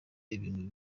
ibintu